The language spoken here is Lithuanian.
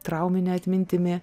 traumine atmintimi